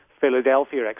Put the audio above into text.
philadelphia